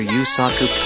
Yusaku